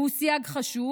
והוא סייג חשוב: